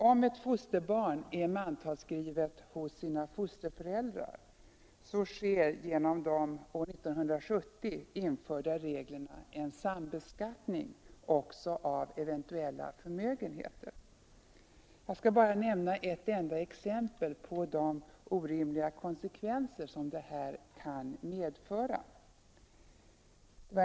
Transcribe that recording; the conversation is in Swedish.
Om ett fosterbarn är mantalsskrivet hos sina fosterföräldrar sker genom de år 1970 införda reglerna en sambeskattning också av eventuella förmögenheter. Jag skall bara nämna ett enda exempel på de orimliga konsekvenser som detta kan medföra.